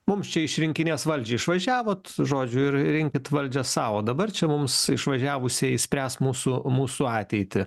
mums čia išrinkinės valdžią išvažiavot žodžiu ir rinkit valdžią sau o dabar čia mums išvažiavusieji spręs mūsų mūsų ateitį